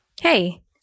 Hey